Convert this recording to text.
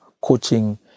coaching